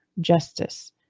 justice